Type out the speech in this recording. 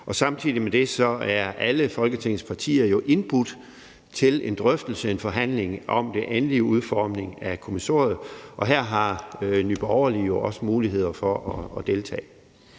med det er alle Folketingets partier indbudt til en drøftelse, en forhandling om den endelige udformning af kommissoriet, og her har Nye Borgerlige jo også mulighed for at deltage.